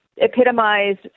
epitomized